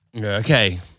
Okay